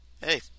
hey